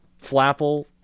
Flapple